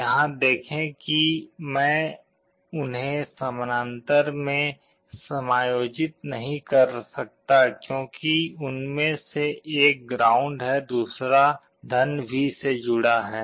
यहाँ देखें कि मैं उन्हें समानांतर में संयोजित नहीं कर सकता क्योंकि उनमें से एक ग्राउंड है दूसरा V से जुड़ा है